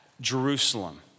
Jerusalem